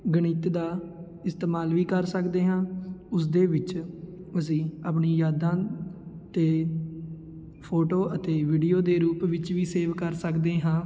ਗਣਿਤ ਦਾ ਇਸਤੇਮਾਲ ਵੀ ਕਰ ਸਕਦੇ ਹਾਂ ਉਸਦੇ ਵਿੱਚ ਅਸੀਂ ਆਪਣੀ ਯਾਦਾਂ ਅਤੇ ਫੋਟੋ ਅਤੇ ਵੀਡੀਓ ਦੇ ਰੂਪ ਵਿੱਚ ਵੀ ਸੇਵ ਕਰ ਸਕਦੇ ਹਾਂ